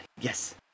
yes